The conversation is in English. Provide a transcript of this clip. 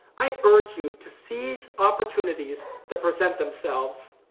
i urge you to seize opportunities that present themselves.